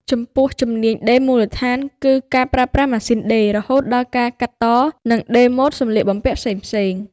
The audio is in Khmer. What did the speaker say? ចំពោះ ជំនាញដេរមូលដ្ឋាន គឺការប្រើប្រាស់ម៉ាស៊ីនដេរ រហូតដល់ការកាត់ត និងដេរម៉ូដសម្លៀកបំពាក់ផ្សេងៗ។